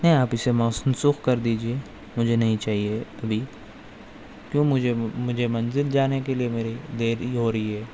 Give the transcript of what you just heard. نہیں آپ اِسے منسوخ کر دیجیے مجھے نہیں چاہیے ابھی کیوں مجھے مجھے منزل جانے کے لیے میری دیری ہو رہی ہے